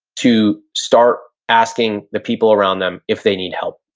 to start asking the people around them if they need help.